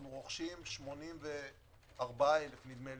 אנחנו רוכשים 64,000, נדמה לי,